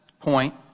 point